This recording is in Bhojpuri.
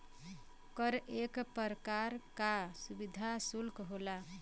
कर एक परकार का सुविधा सुल्क होला